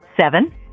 seven